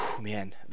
Man